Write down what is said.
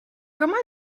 comment